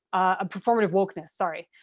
ah performative wokeness sorry,